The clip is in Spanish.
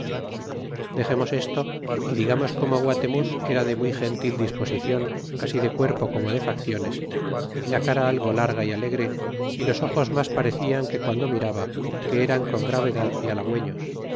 dexemos desto y digamos corno guatemuz era de muy gentil disposicion así de cuerpo como de facciones y la cara algo larga y alegre y los ojos mas parecian que guando miraba que eran con gravedad y halagüeños